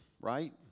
right